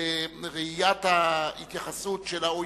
בראיית ההתייחסות של ה-OECD,